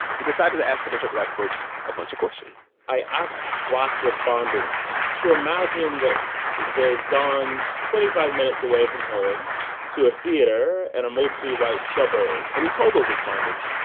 he decided to ask a bunch of black folks a bunch of questions i asked black respondents to imagine that they've gone twenty five minutes away from home to a theater in and a mostly white suburb and he told those respondents,